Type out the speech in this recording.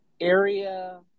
area